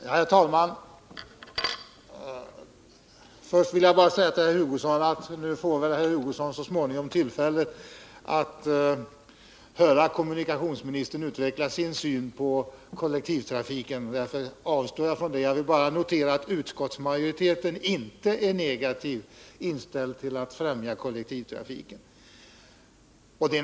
Herr talman! Först vill jag säga till herr Hugosson att han väl så småningom får tillfälle att höra kommunikationsministern utveckla sin syn på kollektivtrafiken. Därför avstår jag från att ta upp den debatten. Jag vill bara notera att utskottsmajoriteten inte är negativt inställd till att främja kollektivtrafik.